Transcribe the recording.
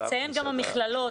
תציין גם את המכללות,